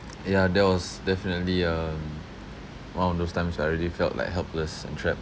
ya that was definitely um one of those times where I really felt like helpless and trapped